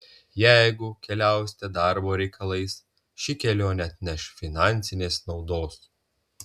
jeigu keliausite darbo reikalais ši kelionė atneš finansinės naudos